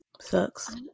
sucks